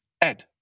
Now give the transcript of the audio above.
Ed